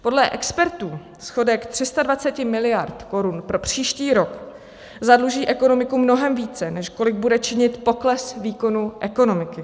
Podle expertů schodek 320 miliard korun pro příští rok zadluží ekonomiku mnohem více, než kolik bude činit pokles výkonu ekonomiky.